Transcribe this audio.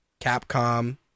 Capcom